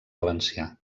valencià